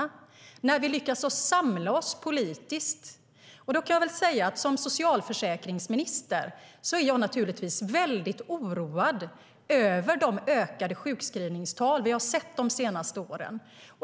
Det är när vi lyckas samla oss politiskt. Som socialförsäkringsminister är jag naturligtvis väldigt oroad över de ökade sjukskrivningstal vi har sett de senaste åren.